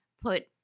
put